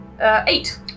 Eight